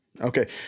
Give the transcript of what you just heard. Okay